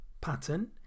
pattern